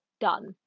done